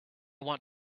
want